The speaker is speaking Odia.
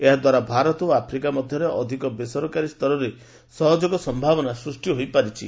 ଏହା ଦ୍ୱାରା ଭାରତ ଓ ଆଫ୍ରିକା ମଧ୍ୟରେ ଅଧିକ ବେସରକାରୀ ସ୍ତରର ସହଯୋଗ ସମ୍ଭାବନା ସୃଷ୍ଟି ହୋଇପାରିଛି